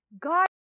God